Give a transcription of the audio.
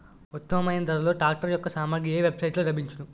ఉత్తమమైన ధరలో ట్రాక్టర్ యెక్క సామాగ్రి ఏ వెబ్ సైట్ లో లభించును?